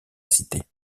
cité